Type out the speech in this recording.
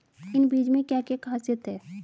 इन बीज में क्या क्या ख़ासियत है?